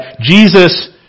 Jesus